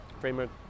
framework